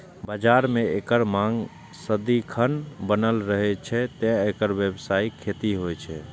बाजार मे एकर मांग सदिखन बनल रहै छै, तें एकर व्यावसायिक खेती होइ छै